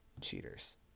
cheaters